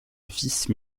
vice